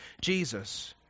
Jesus